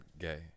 gay